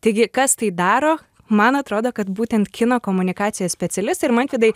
taigi kas tai daro man atrodo kad būtent kino komunikacijos specialistai ir mantvidai